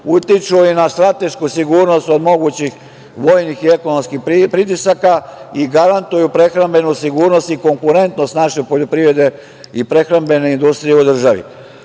utiču i na stratešku sigurnost od mogućih vojnih i ekonomskih pritisaka i garantuju prehrambenu sigurnosti i konkurentnost naše poljoprivrede i prehrambene industrije u državi. Dakle,